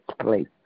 place